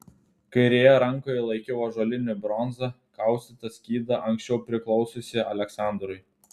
kairėje rankoje laikiau ąžuolinį bronza kaustytą skydą anksčiau priklausiusį aleksandrui